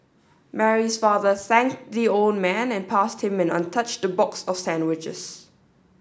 Mary's father thanked the old man and passed him an untouched box of sandwiches